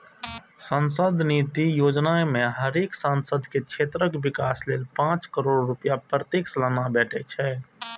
सांसद निधि योजना मे हरेक सांसद के क्षेत्रक विकास लेल पांच करोड़ रुपैया सलाना भेटे छै